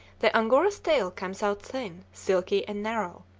the angora's tail comes out thin, silky, and narrow,